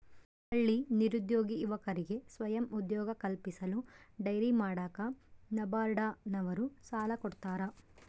ಹಳ್ಳಿ ನಿರುದ್ಯೋಗಿ ಯುವಕರಿಗೆ ಸ್ವಯಂ ಉದ್ಯೋಗ ಕಲ್ಪಿಸಲು ಡೈರಿ ಮಾಡಾಕ ನಬಾರ್ಡ ನವರು ಸಾಲ ಕೊಡ್ತಾರ